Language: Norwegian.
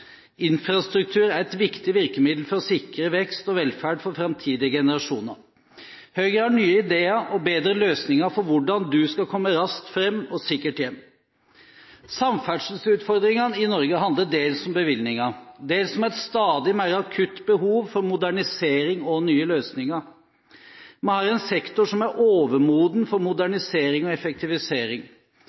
Infrastruktur er et viktig virkemiddel for å sikre vekst og velferd for fremtidige generasjoner. Høyre har nye ideer og bedre løsninger for hvordan du skal komme raskt fram og sikkert hjem. Samferdselsutfordringene i Norge handler dels om bevilgninger og dels om et stadig mer akutt behov for modernisering og nye løsninger. Vi har en sektor som er overmoden for modernisering og effektivisering.